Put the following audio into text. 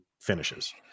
finishes